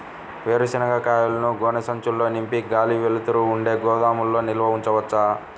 వేరుశనగ కాయలను గోనె సంచుల్లో నింపి గాలి, వెలుతురు ఉండే గోదాముల్లో నిల్వ ఉంచవచ్చా?